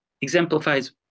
exemplifies